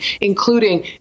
including